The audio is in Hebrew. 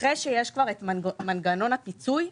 אחרי שיש כבר את מנגנון הפיצוי,